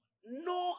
No